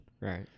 right